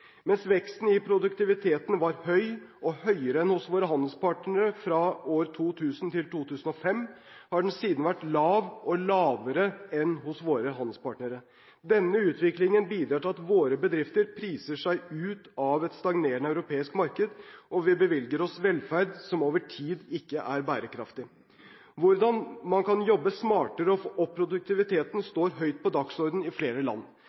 Mens veksten i produktiviteten var høy, og høyere enn hos våre handelspartnere, fra 2000 til 2005, har den siden vært lav, og lavere enn hos våre handelspartnere. Denne utviklingen bidrar til at våre bedrifter priser seg ut av et stagnerende europeisk marked, og vi bevilger oss velferd som over tid ikke er bærekraftig. Hvordan man kan jobbe smartere og få opp produktiviteten, står høyt på dagsordenen i flere land.